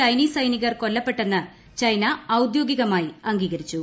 Chinese സൈനികർ കൊല്ലപ്പെട്ടെന്ന് China ഔദ്യോഗികമായി അംഗീകരിച്ചു